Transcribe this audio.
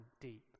deep